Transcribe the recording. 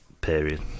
period